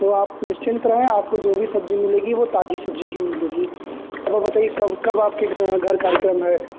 तो आप निश्चिंत रहें आपको जो भी सब्ज़ी मिलेगी वह ताजी सब्ज़ी ही मिलेगी अब आप बताइए कब कब आपके घर कार्यक्रम है